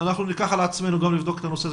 אנחנו גם ניקח על עצמנו לבדוק את הנושא הזה